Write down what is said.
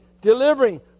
delivering